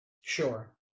Sure